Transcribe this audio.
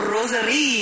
Rosary